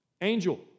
angel